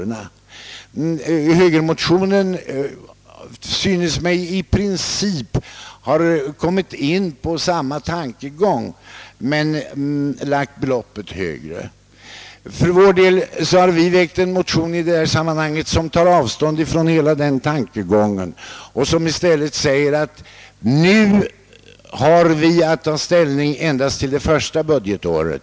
Högermotionärerna synes mig i princip ha glidit in på samma tankegång då de lagt beloppet högre. Vi har väckt en motion, i vilken vi tar avstånd från hela denna tankegång och hävdar att riksdagen nu har att ta ställning endast till det första budgetåret.